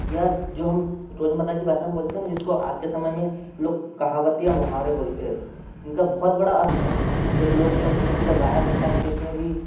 या जो हम रोजमर्रा की भाषा में बोलते हैं ना जिसको आज के समय में लोग कहावत या मोहावरे बोलते हैं इनका बहुत बड़ा अर्थ है जब लोक संस्कृति का गायन होता है तो इसमें भी